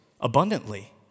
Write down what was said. abundantly